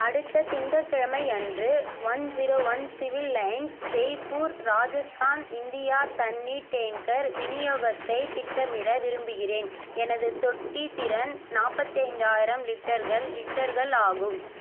அடுத்த திங்கட்கிழமை அன்று one zero one civil lines Jaipur Rajasthan India தண்ணீர் டேங்கர் விநியோகத்தை திட்டமிட விரும்புகிறேன் எனது தொட்டி திறன் நாற்பத்தைந்தாயிரம் லிட்டர்கள் லிட்டர்கள் ஆகும்